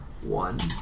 One